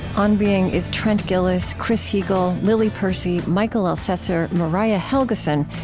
on being is trent gilliss, chris heagle, lily percy, mikel elcessor, mariah helgeson,